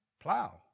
Plow